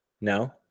no